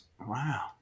Wow